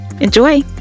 enjoy